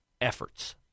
efforts